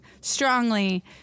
strongly